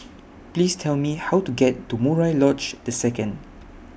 Please Tell Me How to get to Murai Lodge The Second